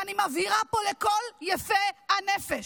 ואני מבהירה פה לכל יפי הנפש: